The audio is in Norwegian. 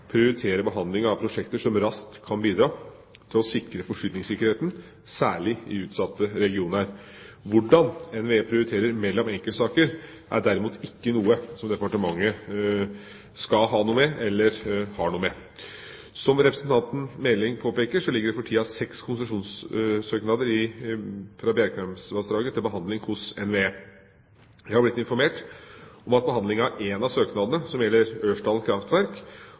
av prosjekter som raskt kan bidra til å styrke forsyningssikkerheten, særlig i utsatte regioner». Hvordan NVE prioriterer mellom enkeltsaker, er derimot ikke noe departementet skal ha noe med, eller har noe med. Som representanten Meling påpeker, ligger det for tida seks konsesjonssøknader for Bjerkreimsvassdraget til behandling hos NVE. Jeg har blitt informert om at behandlinga av en av søknadene, som gjelder Ørsdalen kraftverk